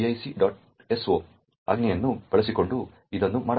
so ಆಜ್ಞೆಯನ್ನು ಬಳಸಿಕೊಂಡು ಇದನ್ನು ಮಾಡಬಹುದು